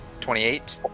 Twenty-eight